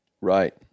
right